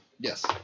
Yes